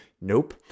Nope